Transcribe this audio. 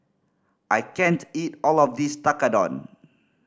I can't eat all of this Tekkadon